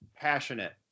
Passionate